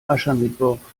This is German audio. aschermittwoch